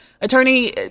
Attorney